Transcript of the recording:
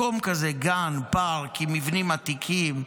מקום כזה, גן, פארק, עם מבנים עתיקים,